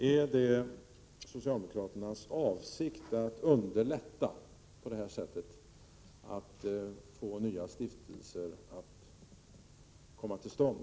Är det socialdemokraternas avsikt att underlätta på det här sättet för att få nya stiftelser att komma till stånd?